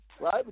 Right